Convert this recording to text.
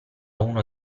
uno